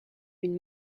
une